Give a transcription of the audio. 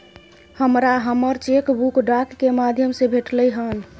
हमरा हमर cheque book डाक के माध्यम से भेटलय हन